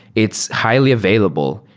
it's highly available.